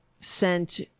sent